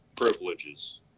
Privileges